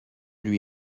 lui